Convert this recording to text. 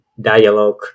dialogue